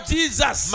Jesus